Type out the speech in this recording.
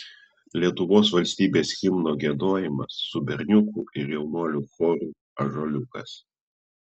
lietuvos valstybės himno giedojimas su berniukų ir jaunuolių choru ąžuoliukas